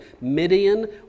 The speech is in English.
Midian